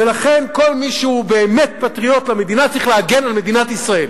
ולכן כל מי שהוא באמת פטריוט למדינה צריך להגן על מדינת ישראל